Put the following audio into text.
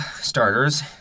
starters